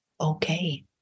okay